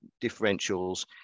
differentials